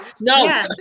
No